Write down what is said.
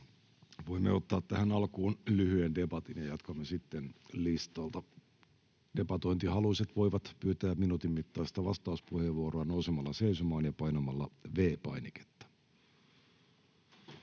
Voimme ottaa tähän alkuun lyhyen debatin, ja jatkamme sitten listalta. Debatointihaluiset voivat pyytää minuutin mittaista vastauspuheenvuoroa nousemalla seisomaan ja painamalla V-painiketta.